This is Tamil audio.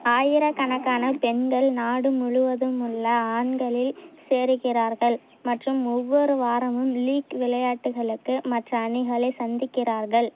ஆயிர கணக்கான பெண்கள் நாடு முழுவதும் உள்ள ஆண்களில் சேருகிறார்கள் மற்றும் ஒவ்வொரு வாரமும் லீக் விளையாட்டுகளுக்கு மற்ற அணிகளை சந்திக்கிறார்கள்